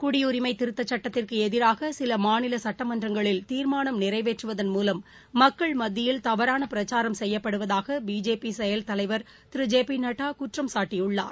குடியுரிமை திருத்தச் சட்டத்திற்கு எதிராக சில மாநில சட்டமன்றங்களில் தீர்மானம் நிறைவேற்றுவதன் மூலம் மக்கள் மத்தியில் தவறான பிரக்சாரம் செய்யப்படுவதாக பிஜேபி செயல் தலைவர் திரு ஜே பி நட்டா குற்றம்சாட்டியுள்ளார்